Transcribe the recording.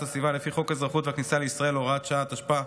הסביבה לפי חוק האזרחות והכניסה לישראל (הוראת שעה),